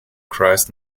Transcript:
christ